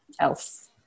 else